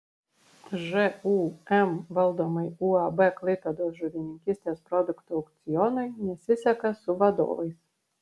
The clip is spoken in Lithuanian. žūm valdomai uab klaipėdos žuvininkystės produktų aukcionui nesiseka su vadovais